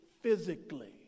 physically